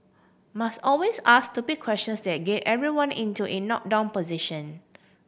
must always ask stupid questions that get everyone into in knock down position